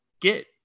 get